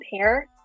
pair